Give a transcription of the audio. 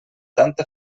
tanta